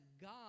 God